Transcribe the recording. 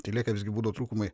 tai lieka visgi būdo trūkumai